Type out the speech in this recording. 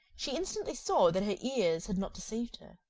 she instantly saw that her ears had not deceived her.